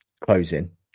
closing